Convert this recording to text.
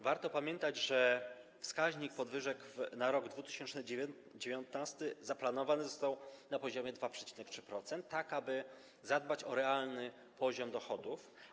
Warto pamiętać, że wskaźnik podwyżek na rok 2019 zaplanowany został na poziomie 2,3%, tak aby zadbać o realny poziom dochodów.